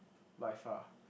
by far